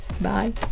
Bye